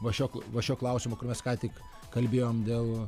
va šio va šio klausimo kur mes ką tik kalbėjom dėl